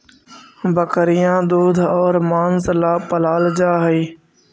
बकरियाँ दूध और माँस ला पलाल जा हई